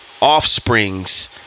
offsprings